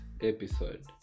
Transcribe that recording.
episode